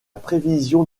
prévision